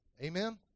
Amen